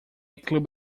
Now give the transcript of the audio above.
club